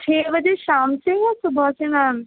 چھ بجے شام سے یا صُبح سے میم